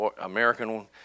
American